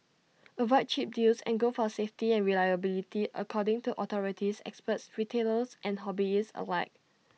avoid cheap deals and go for safety and reliability according to authorities experts retailers and hobbyists alike